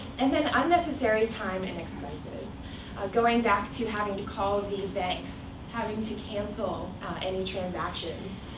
and then unnecessary time and expenses going back to having to call the banks, having to cancel any transactions,